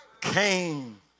came